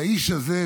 והאיש הזה,